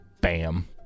bam